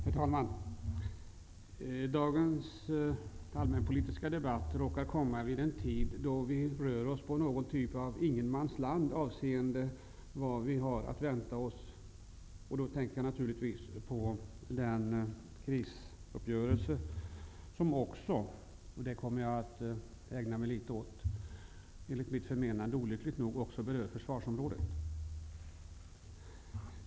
Herr talman! Årets allmänpolitiska debatt råkar komma vid en tid då vi rör oss i något av ett ingenmansland avseende vad vi har att vänta oss. Då tänker jag naturligtvis på den krisuppgörelse som också - och det kommer jag att ägna mig litet åt - olyckligt nog enligt mitt förmenande berör försvarsområdet.